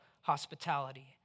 hospitality